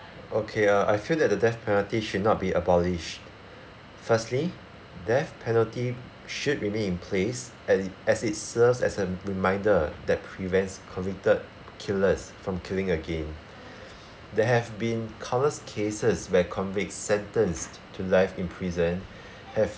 okay uh I feel that the death penalty should not be abolished firstly death penalty should remain in place as it as it serves as a reminder that prevents convicted killers from killing again there have been countless cases where convicts sentenced to life in prison have